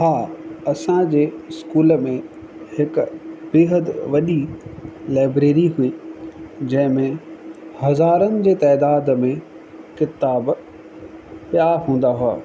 हा असांजे स्कूल में हिकु बेहदि वॾी लाइब्रेरी हुई जंहिंमें हज़ारनि जे तइदाद में किताब पिया हूंदा हुआ